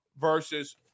versus